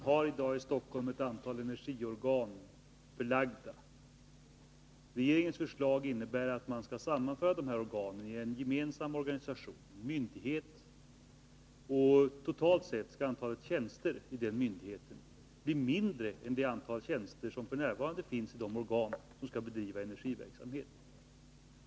Herr talman! Ett antal energiorgan är i dag förlagda till Stockholm. Regeringens förslag innebär att man skall sammanföra dessa organ till en gemensam organisation. Totalt sett skall antalet tjänster vid energimyndigheterna bli mindre än det antal tjänster som f.n. finns i de organ som bedriver energiverksamhet.